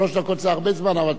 רגע,